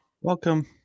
Welcome